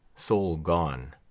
soul gone,